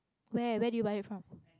where where did you buy it from